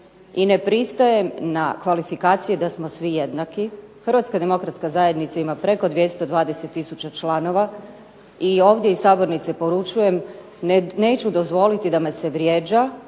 Ne pristajem na kvalifikacije da smo svi jednaki. Hrvatska demokratska zajednica ima preko 220 tisuća članova, i ovdje iz sabornice poručujem neću dozvoliti da me se vrijeđa,